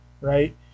right